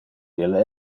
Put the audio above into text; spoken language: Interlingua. ille